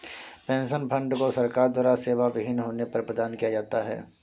pension fund को सरकार द्वारा सेवाविहीन होने पर प्रदान किया जाता है